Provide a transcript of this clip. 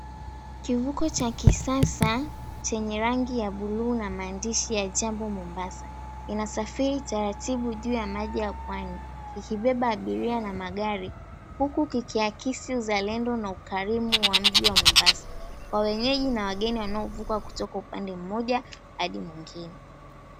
Kivuko cha kisasa chenye rangi ya buluu na maandishi ya Jambo Mombasa, inasafiri taratibu juu ya maji ya pwani ikibeba abiria na magari huku kikiakisi uzalendo na ukarimu wa mji wa Mombasa, kwa wenyeji na wageni wanaovuka kutoka upande mmoja hadi mwingine.